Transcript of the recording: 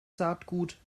saatgut